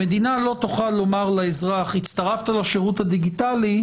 המדינה לא תוכל לומר לאזרח: הצטרפת לשירות הדיגיטלי,